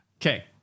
Okay